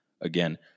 again